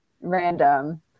random